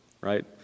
right